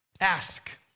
ask